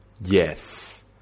Yes